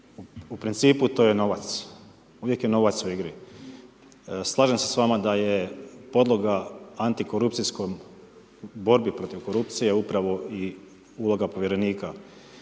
U principu to je novac, uvijek je novac u igri. Slažem se s vama da je podloga antikorupcijskom, borbi protiv korupcije upravo i uloga povjerenika